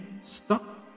stop